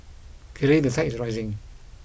clearly the tide is rising